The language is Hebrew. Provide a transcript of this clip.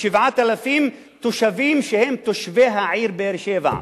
7,000 תושבים, תושבי העיר באר-שבע,